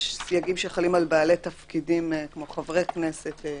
יש סייגים שחלים על בעלי תפקידים כמו חברי כנסת,